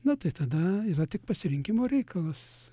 na tai tada yra tik pasirinkimo reikalas